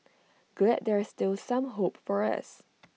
glad there's still some hope for us